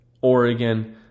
Oregon